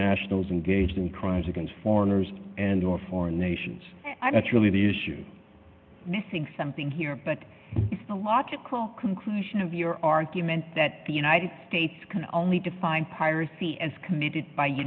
nationals engaged in crimes against foreigners and or foreign nations i'm not really the issue missing something here but the logical conclusion of your argument that the united states can only define piracy as committed by